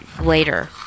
later